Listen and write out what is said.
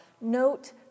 note